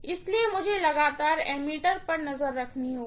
इसलिए मुझे लगातार एमीटर पर नजर रखनी होगी